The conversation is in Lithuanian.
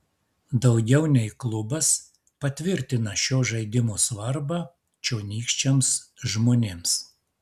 daugiau nei klubas patvirtina šio žaidimo svarbą čionykščiams žmonėms